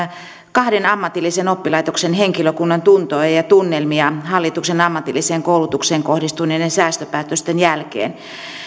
kahden ammatillisen oppilaitoksen henkilökunnan tuntoja ja ja tunnelmia hallituksen ammatilliseen koulutukseen kohdistuneiden säästöpäätösten jälkeen